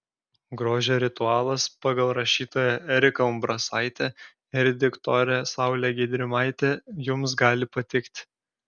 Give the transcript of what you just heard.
grožio ritualas pagal rašytoją eriką umbrasaitę ir diktorę saulę gedrimaitę jums gali patikti